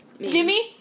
Jimmy